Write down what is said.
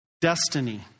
Destiny